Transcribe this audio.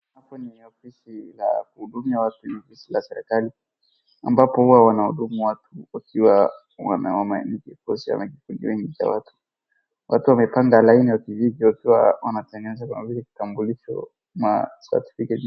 Hapo ni ofisi la kuhudumia watu ni ofisi ya serikali ambapo huwa wanahudumu watu wakiwa wakujiwa na kikundi wengi cha watu, watu wamepanga laini wa kijiji wakiwa wanatengeneza kama vile kitambulisho na certificate .